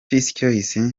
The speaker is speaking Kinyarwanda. pesachoice